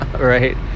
right